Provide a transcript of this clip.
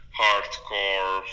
hardcore